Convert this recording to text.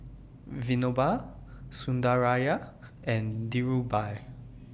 Vinoba Sundaraiah and Dhirubhai